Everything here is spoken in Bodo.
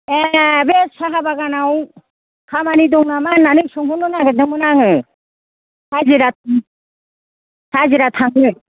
ए बे साहा बागानाव खामानि दं नामा होन्नानै सोंहरनो नागिरदोंमोन आङो हाजिरा हाजिरा थागोन